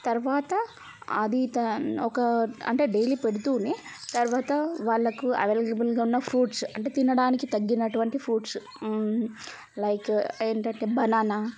తర్వాత అది ఒక అంటే డైలీ పెడుతూనే తర్వాత వాళ్ళకు అవైలబుల్గా ఉన్న ఫ్రూట్స్ అంటే తినడానికి తగినటువంటి ఫ్రూట్స్ లైక్ ఏంటంటే బనాన